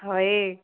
ହଏ